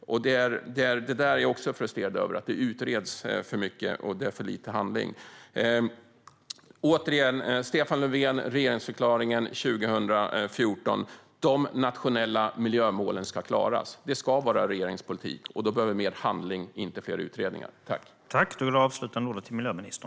Jag är frustrerad över att det utreds för mycket och att det är för lite handling. Återigen: Stefan Löfven sa i regeringsförklaringen 2014 att de nationella miljömålen ska klaras. Det ska vara regeringens politik. Då behöver vi mer handling, inte fler utredningar.